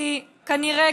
כי כנראה,